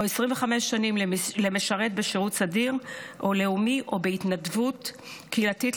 או 21 שנים למשרת בשירות סדיר או לאומי או בהתנדבות קהילתית,